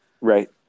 Right